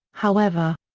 however.